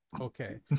okay